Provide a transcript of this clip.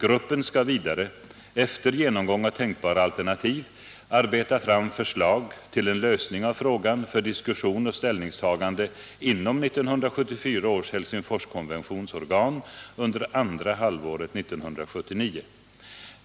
Gruppen skall vidare, efter genomgång av tänkbara alternativ, arbeta fram förslag till en lösning av frågan för diskussion och ställningstagande inom 1974 års Helsingforskonventions organ under andra halvåret 1979.